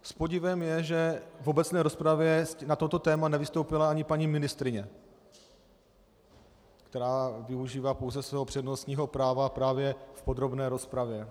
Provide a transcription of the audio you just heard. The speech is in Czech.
S podivem je, že v obecné rozpravě na toto téma nevystoupila ani paní ministryně, která využívá pouze svého přednostního práva právě v podrobné rozpravě.